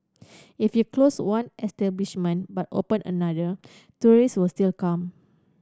if you close one establishment but open another tourist will still come